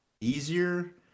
easier